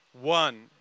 one